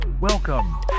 Welcome